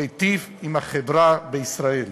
להיטיב עם החברה בישראל.